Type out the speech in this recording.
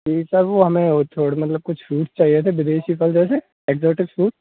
जी sir वह हमें वह छोड़ मतलब कुछ फ्रूट चाहिए थे विदेशी फल जैसे एक्जोटिक फ्रूट